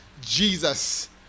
Jesus